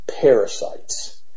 parasites